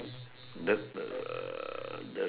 the